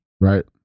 Right